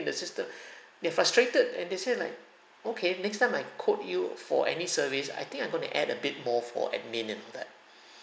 the system they're frustrated and they say like okay next time I quote you for any service I think I'm going to add a bit more for admin and all that